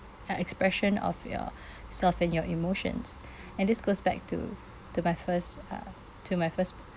uh expression of yourself and your emotions and this goes back to to my first uh to my first pa~